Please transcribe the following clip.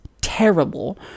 terrible